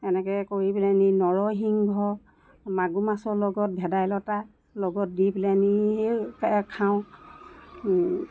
এনেকৈ কৰি পেলানি নৰসিংহ মাগুৰমাছৰ লগত ভেদাইলতা লগত দি পেলানি সেই আৰু খাওঁ